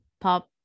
pop